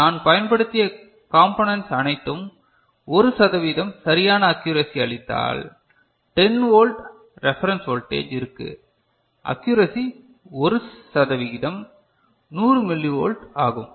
நான் பயன்படுத்திய கம்போன்ஸ் அனைத்தும் 1 சதவிகிதம் சரியான அக்யூரசி அளித்தால் 10 வோல்ட் ரீபெரென்ஸ் வோல்டேஜ் இருக்கு ஆக்குரசி 1 சதவிகிதம் 100 மில்லி ஓல்ட் ஆகும்